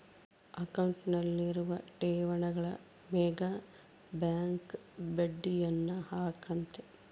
ಅಕೌಂಟ್ನಲ್ಲಿರುವ ಠೇವಣಿಗಳ ಮೇಗ ಬ್ಯಾಂಕ್ ಬಡ್ಡಿಯನ್ನ ಹಾಕ್ಕತೆ